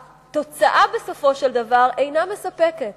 בסופו של דבר, התוצאה אינה מספקת.